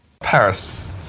Paris